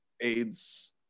AIDS